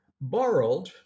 borrowed